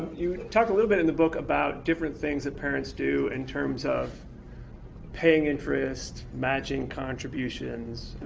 you talk a little bit in the book about different things that parents do in terms of paying interest, matching contributions.